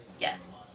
Yes